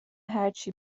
هرچی